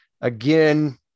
Again